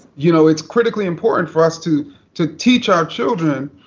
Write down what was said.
you know, it's critically important for us to to teach our children